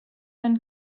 then